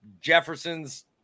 Jefferson's